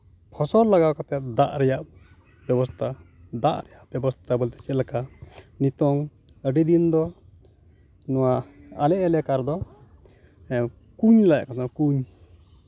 ᱯᱷᱚᱥᱚᱞ ᱞᱟᱜᱟᱣ ᱠᱟᱛᱮ ᱫᱟᱜ ᱨᱮᱭᱟᱜ ᱵᱮᱵᱚᱥᱛᱷᱟ ᱫᱟᱜ ᱨᱮᱭᱟᱜ ᱵᱮᱵᱚᱥᱛᱷᱟ ᱵᱚᱞᱛᱮ ᱪᱮᱫ ᱞᱮᱠᱟ ᱱᱤᱛᱚᱝ ᱟᱹᱰᱤ ᱫᱤᱱ ᱫᱚ ᱱᱚᱣᱟ ᱟᱞᱮ ᱮᱞᱟᱠᱟ ᱨᱮᱫᱚ ᱠᱩᱸᱧ ᱞᱟ ᱦᱩᱭᱩᱜ ᱠᱟᱱ ᱛᱟᱦᱮᱱ ᱠᱩᱸᱧ